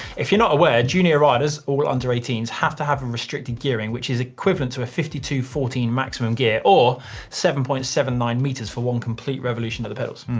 if you're not aware, junior riders, all under eighteen s, have to have a restricted gearing, which is equivalent to a fifty two fourteen maximum gear, or seven point seven nine meters for one complete revolution of the pedals.